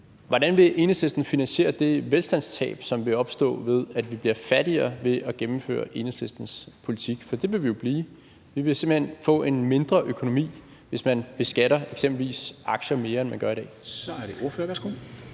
Hvordan vil Enhedslisten finansiere det velstandstab, som vil opstå, ved at vi bliver fattigere af at gennemføre Enhedslistens politik? For det vil vi jo blive. Vi vil simpelt hen få en mindre økonomi, hvis man beskatter eksempelvis aktier mere, end man gør i dag. Kl. 14:00 Formanden (Henrik